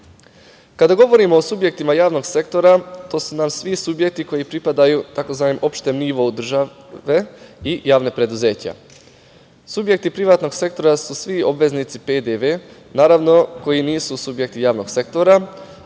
govorimo o subjektima javnog sektora, to su nam svi subjekti koji pripadaju tzv. opšti nivo u države i javna preduzeća. Subjekti privatnog sektora su svi obveznici PDV, naravno, koji nisu subjekti javnog sektora,